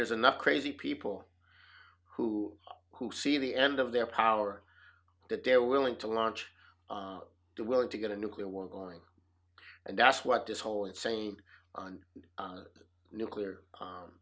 there's enough crazy people who who see the end of their power that they're willing to launch they're willing to get a nuclear war going and that's what this whole insane on nuclear